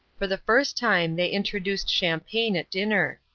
for the first time they introduced champagne at dinner.